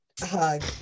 hug